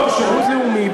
לא, אמרת "שירות לאומי".